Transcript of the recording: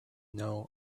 know